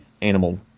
animal